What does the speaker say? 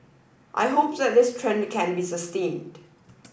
I hope that this trend can be sustained